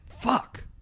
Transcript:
Fuck